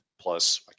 Plus